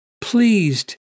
pleased